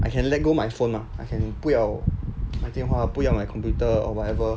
I can let go my phone lah I can 不要买电话不要买 computer or whatever